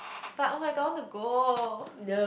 but [oh]-my-god I want to go